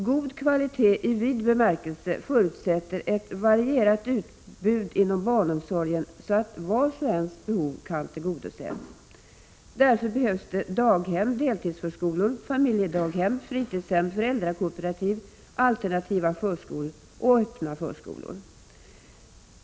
God kvalitet i vid bemärkelse förutsätter ett varierat utbud inom barnomsorgen så att vars och ens behov kan tillgodoses. Därför behövs det daghem, deltidsförskolor, familjedaghem, fritidshem, föräldrakooperativ, alternativa förskolor och öppna förskolor.